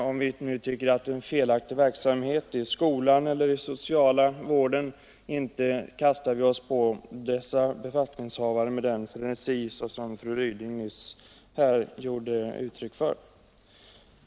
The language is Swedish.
Om vi nu tycker att det är en felaktig verksamhet som bedrivs i skolan eller i den sociala vården, inte kastar vi oss över dess befattningshavare med den frenesi som fru Ryding nyss gav uttryck för.